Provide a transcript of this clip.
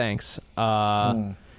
Thanks